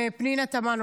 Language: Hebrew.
ופנינה תמנו.